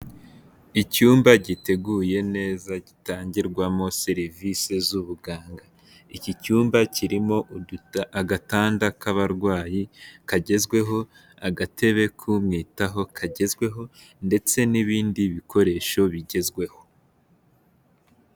Icyumba giteguye neza gitangirwamo serivisi z'ubuganga. Iki cyumba kirimo agatanda k'abarwayi kagezweho, agatebe k'umwitaho kagezweho, ndetse n'ibindi bikoresho bigezweho.